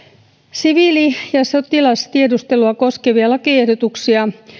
siviili ja sotilastiedustelua koskevia lakiehdotuksia